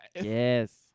Yes